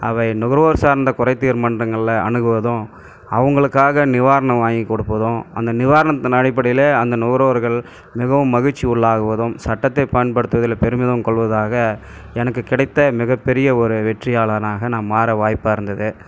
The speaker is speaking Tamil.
அவை நுகர்வோர் சார்ந்த குறைதீர் மன்றங்களில் அணுகுவதும் அவங்களுக்காக நிவாரணம் வாங்கி கொடுப்பதும் அந்த நிவாரணத்தின் அடிப்படையிலே அந்த நுகர்வோர்கள் மிகவும் மகிழ்ச்சி உள்ளாகுவதும் சட்டத்தை பயன்படுத்துவதில் பெருமிதம் கொள்வதாக எனக்கு கிடைத்த மிகப்பெரிய ஒரு வெற்றியாளனாக நான் மாற வாய்ப்பாக இருந்தது